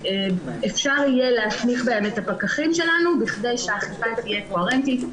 שאפשר יהיה להסמיך בהם את הפקחים שלנו בכדי שהאכיפה תהיה קוהרנטית,